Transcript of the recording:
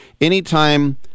Anytime